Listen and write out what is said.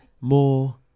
more